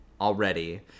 already